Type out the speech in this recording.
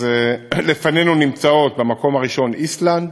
לפנינו נמצאות במקום הראשון איסלנד,